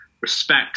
respect